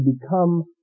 become